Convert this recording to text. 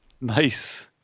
Nice